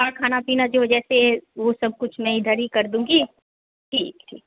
और खाना पीना जो जैसे वो सब कुछ मैं इधर ही कर दूँगी ठीक ठीक